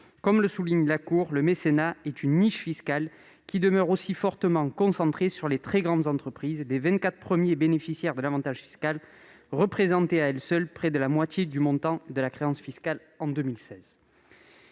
Comme le souligne la Cour, le mécénat est une niche fiscale qui demeure aussi fortement concentrée sur les très grandes entreprises, les vingt-quatre premières bénéficiaires de l'avantage fiscal représentant à elles seules près de la moitié du montant de la créance fiscale en 2016.